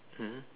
um